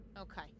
Okay